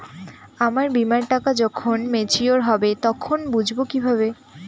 আমার বীমার টাকা যখন মেচিওড হবে তখন বুঝবো কিভাবে?